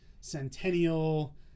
centennial